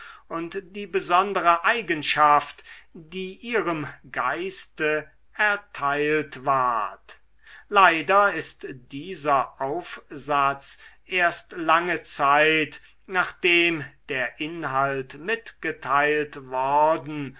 und die besondere eigenschaft die ihrem geiste erteilt ward leider ist dieser aufsatz erst lange zeit nachdem der inhalt mitgeteilt worden